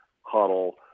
huddle